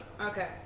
Okay